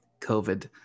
COVID